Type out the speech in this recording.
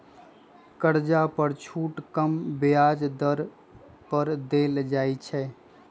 कर्जा पर छुट कम ब्याज दर पर देल जाइ छइ